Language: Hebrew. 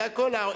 זה הכול.